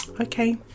okay